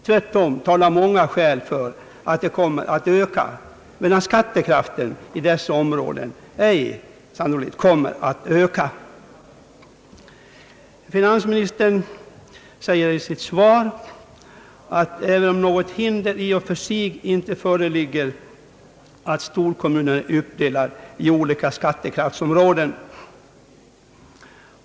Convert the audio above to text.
Tvärtom talar många skäl för att dessa kostnader kommer att öka, medan skattekraften i dessa områden sannolikt ej kommer att öka. Finansministern säger i sitt svar att »något hinder i och för sig inte föreligger att storkommunen är uppdelad i olika skattekraftsområden».